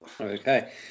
Okay